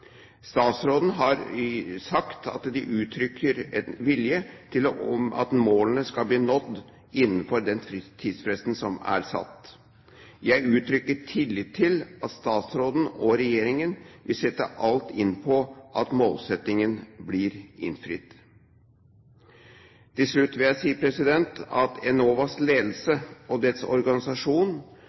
Statsråden har sagt at de uttrykker en vilje til at målene skal bli nådd innenfor den tidsfristen som er satt. Jeg uttrykker tillit til at statsråden og regjeringen vil sette alt inn på at målsettingen blir innfridd. Til slutt vil jeg si at Enovas ledelse og dets organisasjon